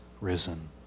risen